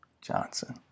Johnson